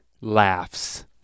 laughs